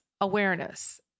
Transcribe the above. awareness